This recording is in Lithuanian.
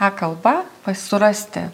e kalba pa surasti